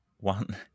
one